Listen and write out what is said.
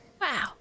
Wow